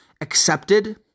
accepted